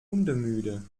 hundemüde